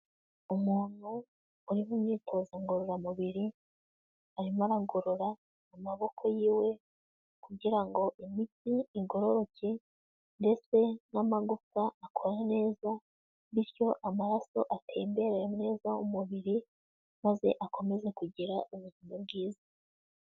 Umuntu uri mu myitozo ngororamubiri arimo aragorora amaboko yiwe kugira ngo imitsi igororoke ndetse n'amagufawa akore neza bityo amaraso atembere neza mu mubiri maze akomeze kugira ubuzima bwiza.